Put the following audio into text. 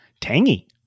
Tangy